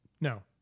No